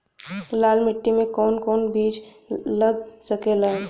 लाल मिट्टी में कौन कौन बीज लग सकेला?